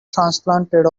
transplanted